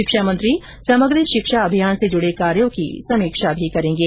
शिक्षा मंत्री समग्र शिक्षा अभियान से जुड़े कार्यों की समीक्षा भी करेंगे